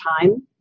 time